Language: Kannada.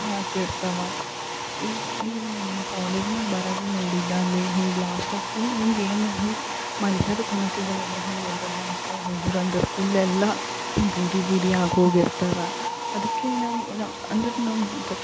ಆತಿರ್ತವ ಈಗ ಇಲ್ಲಿ ನಾ ಕಾಲೇಜ್ನಾಗೆ ಬರುವಾಗೆ ನೋಡಿದಲ್ಲಿ ಹಿಂಗೆ ಬ್ಲಾಸ್ಟಾಗಿ ಫುಲ್ ಹೆಂಗೆ ಏನು ಹಿಂಗೆ ಮನುಷ್ಯರು ಕೂನ ಸಿಗೋಲ್ಲ ಅದ್ರಲ್ಲಿ ಹಿಂಗೆ ಏನರ ಬ್ಲಾಸ್ಟಾಗಿ ಹೋದರು ಅಂದ್ರೆ ಫುಲ್ಲೆಲ್ಲ ಹಿಂಗೆ ಬೂದಿ ಬೂದಿ ಆಗೋಗಿರ್ತಾರೆ ಅದಕ್ಕೆ ನಮ್ಮ ನಾ ಅಂದ್ರೆ ನಮ್ದು